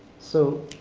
so